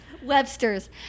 Webster's